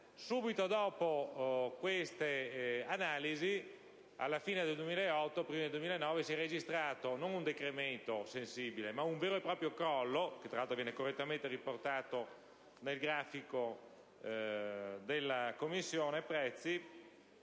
subito dopo le varie analisi, tra la fine del 2008 e i primi del 2009 si è registrato non un decremento sensibile ma un vero e proprio crollo, tra l'altro correttamente riportato nel grafico della Commissione prezzi,